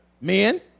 men